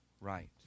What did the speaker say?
right